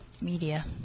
media